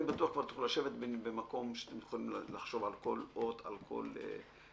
אני בטוח שתוכלו לשבת ולחשוב על כל אות ועל כל מילה,